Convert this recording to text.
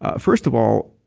ah first of all,